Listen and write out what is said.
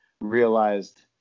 realized